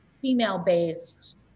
female-based